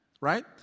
Right